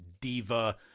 diva